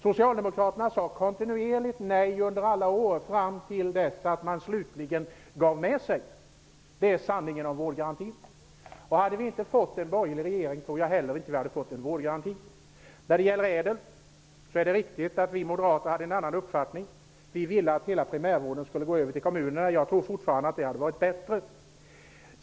Socialdemokraterna sade kontinuerligt nej till det under många år, fram till dess att man slutligen gav med sig. Det är sanningen om vårdgarantin. Om vi inte hade fått en borgerlig regering tror jag heller inte att vi hade fått en vårdgaranti. Det är riktigt att vi moderater hade en annan uppfattning när det gäller ÄDEL-reformen. Vi ville att hela primärvården skulle föras över till kommunerna. Jag tror fortfarande att det hade varit bättre.